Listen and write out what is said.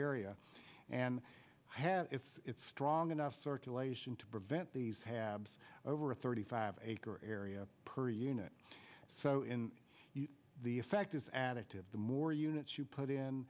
area and have if it's strong enough circulation to prevent these habs over a thirty five acre area per unit so in the effect is additive the more units you put in